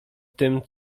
tym